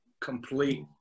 Complete